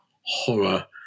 horror